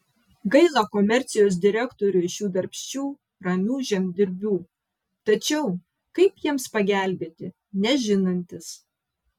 gaila komercijos direktoriui šių darbščių ramių žemdirbių tačiau kaip jiems pagelbėti nežinantis